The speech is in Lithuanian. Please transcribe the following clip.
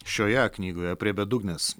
šioje knygoje prie bedugnės